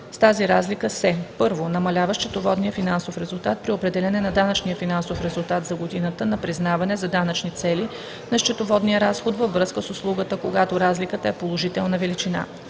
с тази разлика се: 1. намалява счетоводният финансов резултат при определяне на данъчния финансов резултат за годината на признаване за данъчни цели на счетоводния разход във връзка с услугата, когато разликата е положителна величина;